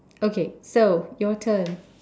okay so your turn